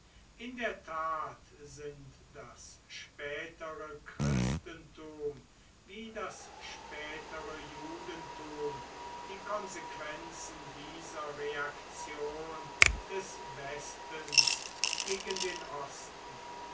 in der tat sind das spätere christentum wie das spätere judentum die konsequenzen dieser reaktion des westens gegen den osten